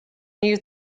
knew